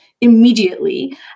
immediately